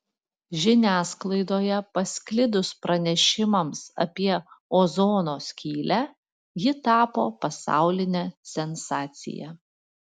žiniasklaidoje pasklidus pranešimams apie ozono skylę ji tapo pasauline sensacija